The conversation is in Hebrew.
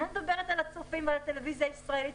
אני לא מדברת על הצופים בטלוויזיה הישראלית.